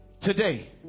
Today